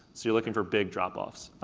so you're looking for big dropoffs.